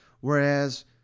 Whereas